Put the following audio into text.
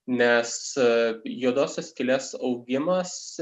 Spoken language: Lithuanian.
nes juodosios skylės augimas